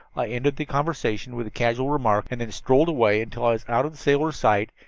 i ended the conversation with a casual remark, and then strolled away until i was out of the sailor's sight,